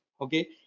okay